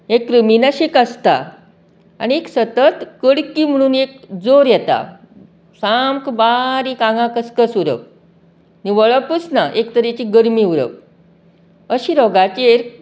हे क्रिमीनाशीक आसता आणीक सतत कडकी म्हणून एक जोर येता सामको बारीक आंगाक कसकस उरप निवळपूच ना एक तरेची गरमी उरप अशीं रोगाची एक